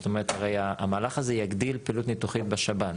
הרי המהלך הזה יגדיל פעילות ניתוחית בשב"ן.